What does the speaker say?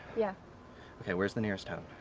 yeah okay, where's the nearest town?